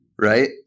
right